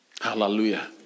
Hallelujah